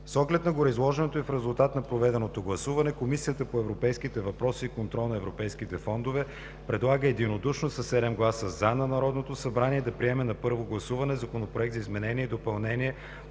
С оглед на гореизложеното и в резултат на проведеното гласуване, Комисията по европейските въпроси и контрол на европейските фондове предлага единодушно – със 7 гласа „за”, на Народното събрание да приеме на първо гласуване Законопроект за изменение и допълнение